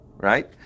Right